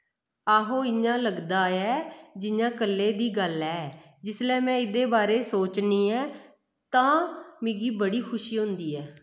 आहो इ'यां लगदा ऐ जि'यां कल्लै दी गल्ल ऐ जिसलै में एह्दे बारे च सोचनी आं तां मिगी बड़ी खुशी होंदी ऐ